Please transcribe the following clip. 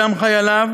בדם חייליו,